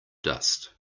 dust